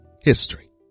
history